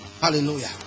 Hallelujah